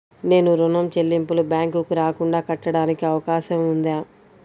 నేను ఋణం చెల్లింపులు బ్యాంకుకి రాకుండా కట్టడానికి అవకాశం ఉందా?